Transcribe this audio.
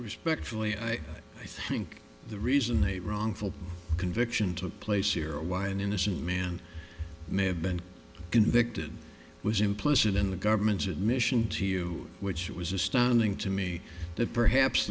respectfully i think the reason a wrongful conviction took place here why an innocent man may have been convicted was implicit in the government's admission to you which was astounding to me that perhaps